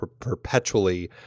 perpetually